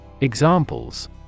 Examples